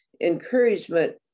encouragement